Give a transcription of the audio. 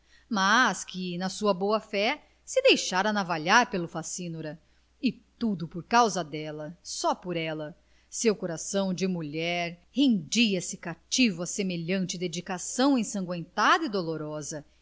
mas que na sua boa-fé se deixara navalhar pelo facínora e tudo por causa dela só por ela seu coração de mulher rendia se cativo a semelhante dedicação ensangüentada e dolorosa